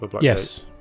yes